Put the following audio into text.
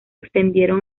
extendieron